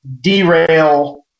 derail